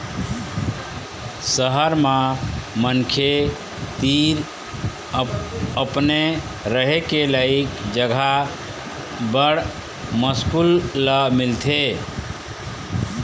सहर म मनखे तीर अपने रहें के लइक जघा बड़ मुस्कुल ल मिलथे